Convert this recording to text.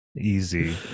easy